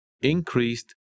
increased